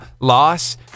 loss